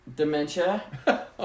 Dementia